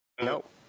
Nope